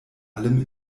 allem